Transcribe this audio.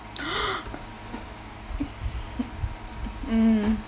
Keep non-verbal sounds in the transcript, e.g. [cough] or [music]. [noise] mm